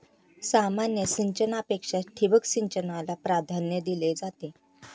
सामान्य सिंचनापेक्षा ठिबक सिंचनाला प्राधान्य दिले जाते